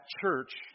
church